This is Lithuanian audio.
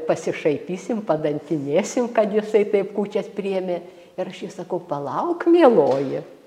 pasišaipysim padantinėsim kad jisai taip kūčias priėmė ir aš jai sakau palauk mieloji